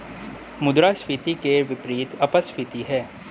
मुद्रास्फीति के विपरीत अपस्फीति है